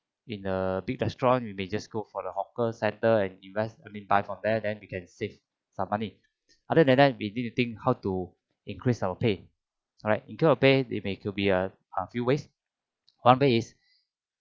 in a big restaurant you may just go for the hawker centre and invest only buy from there then you can save some money other than that we need to think how to increase our pay alright increase our pay it could be a uh few ways one way is